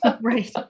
Right